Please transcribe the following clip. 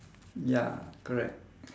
ya correct